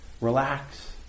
Relax